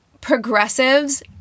progressives